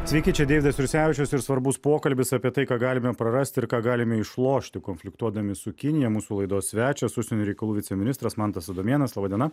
sveiki čia deividas jursevičius ir svarbus pokalbis apie tai ką galime prarasti ir ką galime išlošti konfliktuodami su kinija mūsų laidos svečias užsienio reikalų viceministras mantas adomėnas laba diena